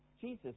Jesus